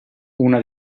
una